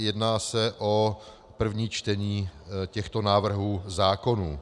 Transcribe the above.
Jedná se o první čtení těchto návrhů zákonů.